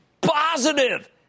positive